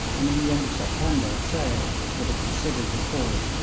and in the end of september sale, with a considerable force,